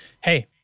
Hey